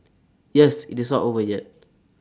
yes IT is not over yet